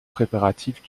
préparatifs